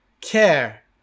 care